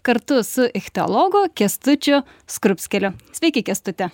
kartu su ichtiologo kęstučiu skrupskeliu sveiki kęstuti